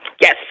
Yes